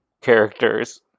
characters